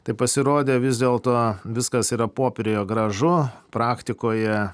tai pasirodė vis dėlto viskas yra popieriuje gražu praktikoje